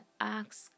ask